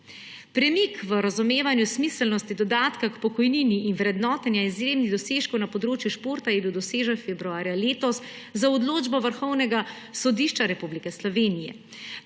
Premik v razumevanju smiselnosti dodatka k pokojnini in vrednotenje izjemnih dosežkov na področju športa je bil dosežen februarja letos za odločbo Vrhovnega sodišča Republike Slovenije.